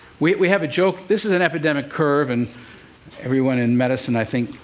we we have a joke. this is an epidemic curve, and everyone in medicine, i think,